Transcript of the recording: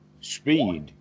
speed